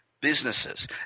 businesses